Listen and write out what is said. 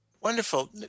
Wonderful